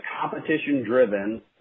competition-driven –